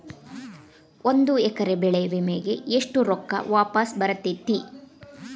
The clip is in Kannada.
ಒಂದು ಎಕರೆ ಬೆಳೆ ವಿಮೆಗೆ ಎಷ್ಟ ರೊಕ್ಕ ವಾಪಸ್ ಬರತೇತಿ?